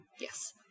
Yes